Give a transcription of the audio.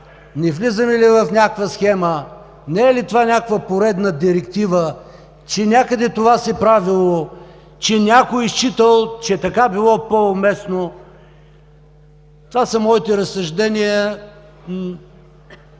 не влизаме ли в някаква схема, не е ли това някаква поредна директива, че някъде това се правело, че някой считал, че така било по-уместно?! Това са моите разсъждения.